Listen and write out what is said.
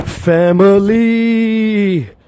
Family